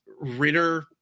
Ritter